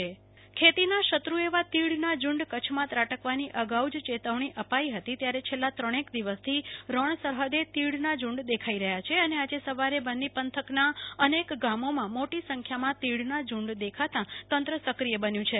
કલ્પના શાહ્ તીડના ઝુંડ ખેતીના શત્રુ એવા તીડના ઝુંડ કચ્છમાં ત્રાટકવાની અગાઉ જ ચેતવણી અપાઈ હતી ત્યારે છેલ્લા ત્રણેક દિવસથી રણ સરહદે તીડના ઝુંડ દેખાઈ રહ્યા છે અને આજે સવારે બન્ની પંથકના અનેક ગામો માં મોટી સંખ્યામાં તીડના ઝુંડ દેખાતા તંત્ર સક્રિય બન્યું છે